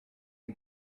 mon